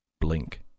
Blink